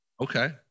Okay